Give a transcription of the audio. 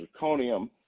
zirconium